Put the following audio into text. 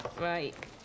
Right